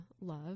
love